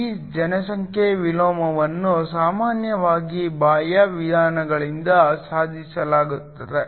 ಈ ಜನಸಂಖ್ಯೆಯ ವಿಲೋಮವನ್ನು ಸಾಮಾನ್ಯವಾಗಿ ಬಾಹ್ಯ ವಿಧಾನಗಳಿಂದ ಸಾಧಿಸಲಾಗುತ್ತದೆ